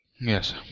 Yes